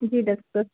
जी doctor